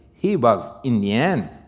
he was, in the end,